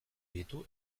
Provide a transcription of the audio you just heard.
ditu